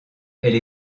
elle